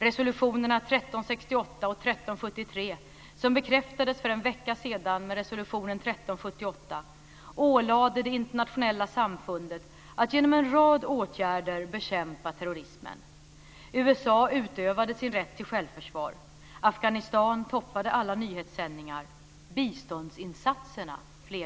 Resolutionerna 1368 och 1373, som bekräftades för en vecka sedan med resolutionen 1378, ålade det internationella samfundet att genom en rad åtgärder bekämpa terrorismen. USA utövade sin rätt till självförsvar. Afghanistan toppade alla nyhetssändningar.